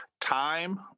Time